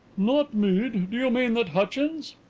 not mead. do you mean that hutchins?